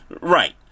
right